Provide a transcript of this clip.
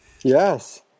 Yes